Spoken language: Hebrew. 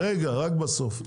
רגע, רק בסוף.